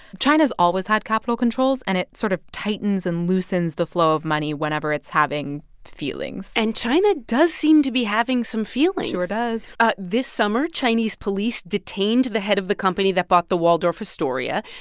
china's always had capital controls, and it sort of tightens and loosens the flow of money whenever it's having feelings and china does seem to be having some feelings sure does this summer, chinese police detained the head of the company that bought the waldorf astoria.